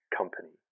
company